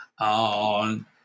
on